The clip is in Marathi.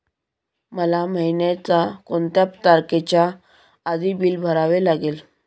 मला महिन्याचा कोणत्या तारखेच्या आधी बिल भरावे लागेल?